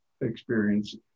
experience